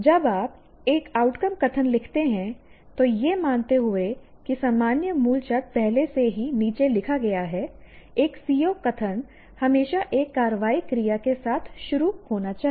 जब आप एक आउटकम कथन लिखते हैं तो यह मानते हुए कि सामान्य मूलशब्द पहले से ही नीचे लिखा गया है एक CO कथन हमेशा एक कार्रवाई क्रिया के साथ शुरू होना चाहिए